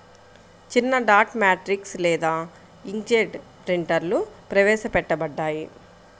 చిన్నడాట్ మ్యాట్రిక్స్ లేదా ఇంక్జెట్ ప్రింటర్లుప్రవేశపెట్టబడ్డాయి